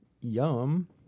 yum